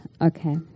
okay